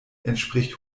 entspricht